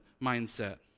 mindset